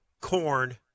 corn